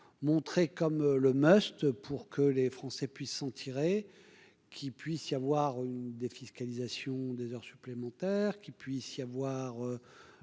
montrer comme le masque pour que les Français puissent s'en tirer, qu'il puisse y avoir une défiscalisation des heures supplémentaires qu'il puisse y avoir